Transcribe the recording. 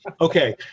Okay